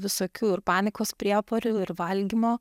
visokių ir panikos priepuolių ir valgymo